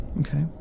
Okay